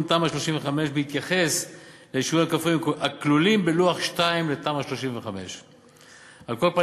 תמ"א 35 בהתייחס לאישורים הכלולים בלוח 2 לתמ"א 35. על כל פנים,